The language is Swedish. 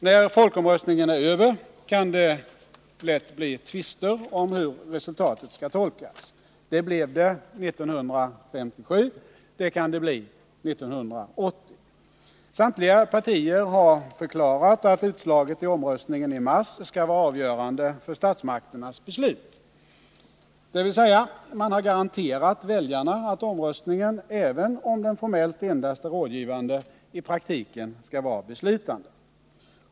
När folkomröstningen är över kan det lätt bli tvister om hur resultatet skall tolkas. Det blev det 1957. Det kan det bli 1980. Samtliga partier har förklarat att utslaget i omröstningen i mars skall vara avgörande för statsmakternas beslut, dvs. de har garanterat väljarna att omröstningen även om den formellt endast är rådgivande i praktiken skall vara beslutande.